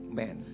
man